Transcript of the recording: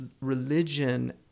religion